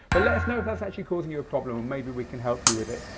but let us know if that's actually causing you a problem and maybe we can help you with it.